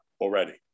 already